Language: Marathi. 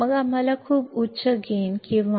मग आम्हाला खूप उच्च लाभ खूप उच्च लाभ